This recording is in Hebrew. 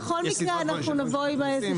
בכל מקרה נבוא עם מכלול